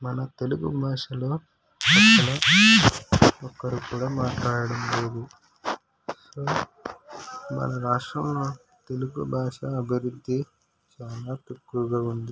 మన తెలుగు భాషలో ఒకరు కూడా మాట్లాడటం లేదు సో మన రాష్ట్రంలో తెలుగు భాష అభివృద్ధి చాలా తక్కువగా ఉంది